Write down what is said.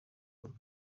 uhuru